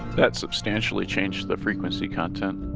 that substantially changed the frequency content.